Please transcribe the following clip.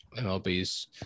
MLB's